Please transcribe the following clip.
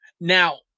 Now